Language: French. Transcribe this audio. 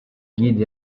guides